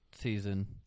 season